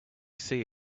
sea